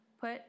put